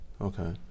Okay